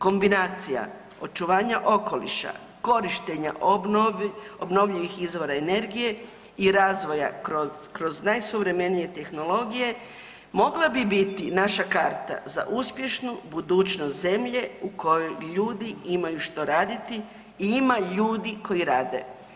Kombinacija očuvanja okoliša, korištenja obnovljivih izvora energije i razvoja kroz najsuvremenije tehnologije mogla bi biti naša karta za uspješnu budućnost zemlje u kojoj ljudi imaju što raditi i ima ljudi koji rade.